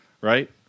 right